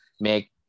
make